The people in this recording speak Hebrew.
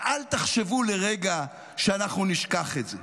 ואל תחשבו לרגע שאנחנו נשכח את זה,